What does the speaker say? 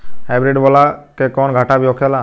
Hybrid बोला के कौनो घाटा भी होखेला?